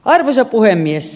arvoisa puhemies